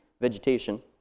vegetation